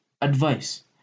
advice